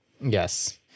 Yes